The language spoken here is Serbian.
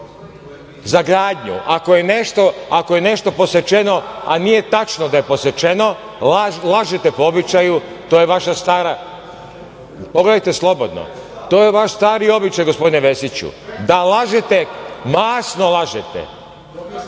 za gradnju. Ako je nešto posečeno, a nije tačno da je posečeno, lažete po običaju. To je vaša stara… Pogledajte slobodno. To je vaš stari običaj, gospodine Vesiću, da lažete, masno lažete.